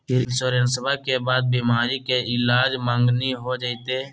इंसोरेंसबा के बाद बीमारी के ईलाज मांगनी हो जयते?